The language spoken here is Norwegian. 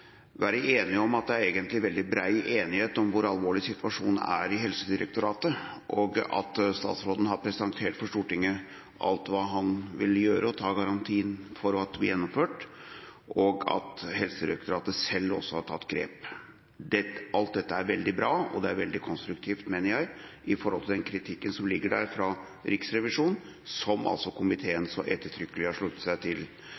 være enige om at det egentlig er veldig bred enighet om hvor alvorlig situasjonen er i Helsedirektoratet, og at statsråden har presentert for Stortinget alt hva han vil gjøre, og ta garantien for at det blir gjennomført, og at Helsedirektoratet selv også har tatt grep. Alt dette er veldig bra, og det er veldig konstruktivt, mener jeg, med tanke på den kritikken som ligger der fra